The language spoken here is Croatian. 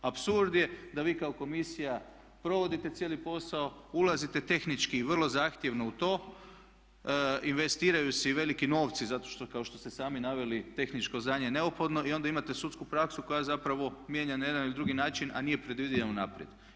Apsurd je da vi kao komisija provodite cijeli posao, ulazite tehnički vrlo zahtjevno u to, investiraju se i veliki novci zato što kao što ste sami naveli tehničko znanje neophodno i onda imate sudsku praksu koja zapravo mijenja na jedna ili drugi način a nije predvidljiva unaprijed.